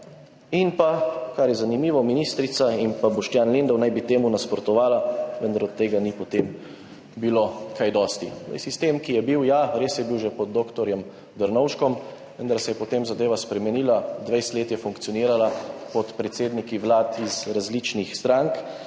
In pa, kar je zanimivo, ministrica in Boštjan Lindav naj bi temu nasprotovala, vendar od tega ni potem bilo kaj dosti. Sistem, ki je bil, ja, res je bil že pod dr. Drnovškom, vendar se je potem zadeva spremenila, 20 let je funkcionirala pod predsedniki vlad iz različnih strank.